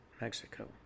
Mexico